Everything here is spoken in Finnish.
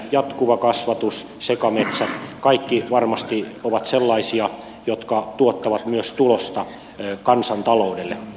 jatkuva kasvatus sekametsä kaikki varmasti ovat sellaisia jotka tuottavat myös tulosta kansantaloudelle